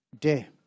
day